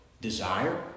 desire